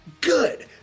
Good